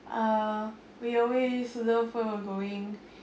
uh we always love where we're going